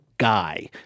Guy